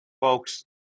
Folks